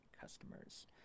customers